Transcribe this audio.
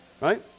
Right